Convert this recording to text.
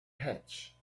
hatch